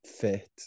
fit